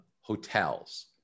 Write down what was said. hotels